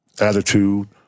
attitude